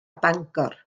bangor